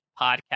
podcast